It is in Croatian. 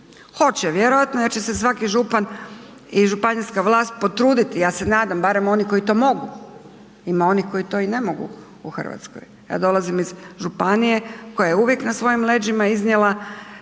Hoće vjerojatno jer će se svaki župan i županijska vlast potruditi, ja se nadam, barem oni koji to mogu, ima onih koji to i ne mogu u Hrvatskoj. Ja dolazim iz županije koja je uvijek na svojim leđima iznijela